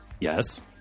Yes